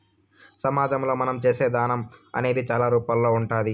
సమాజంలో మనం చేసే దానం అనేది చాలా రూపాల్లో ఉంటాది